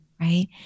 right